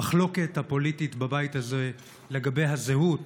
המחלוקת הפוליטית בבית הזה לגבי הזהות